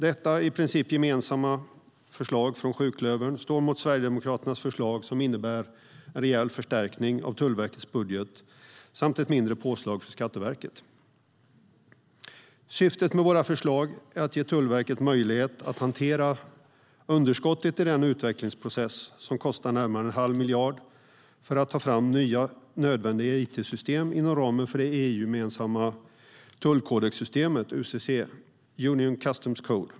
Detta i princip gemensamma förslag från sjuklövern står mot Sverigedemokraternas förslag, som innebär en rejäl förstärkning av Tullverkets budget samt ett mindre påslag för Skatteverket.Syftet med våra förslag är att ge Tullverket möjlighet att hantera underskottet i den utvecklingsprocess som kostar närmare en halv miljard för att ta fram nya nödvändiga it-system inom ramen för det EU-gemensamma tullkodexsystemet UCC, Union Customs Code.